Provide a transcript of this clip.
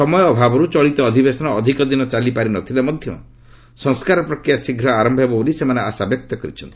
ସମୟ ଅଭାବରୁ ଚଳିତ ଅଧିବେଶନ ଅଧିକ ଦିନ ଚାଲିପାରିନଥିଲେ ମଧ୍ୟ ସଂସ୍କାର ପ୍ରକ୍ରିୟା ଶୀଘ୍ର ଆରମ୍ଭ ହେବ ବୋଲି ସେମାନେ ଆଶାବ୍ୟକ୍ତ କରିଛନ୍ତି